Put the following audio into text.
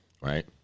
right